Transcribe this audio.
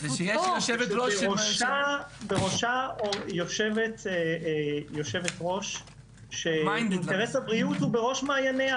ושבראשה יושבת ראש שהבריאות הוא בראש מעייניה,